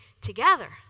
together